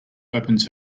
opens